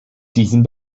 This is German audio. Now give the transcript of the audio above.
diesem